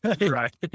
Right